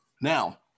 Now